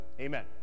Amen